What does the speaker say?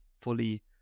fully